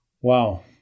Wow